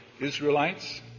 Israelites